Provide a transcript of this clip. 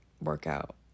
workout